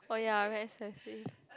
oh ya very aesthetic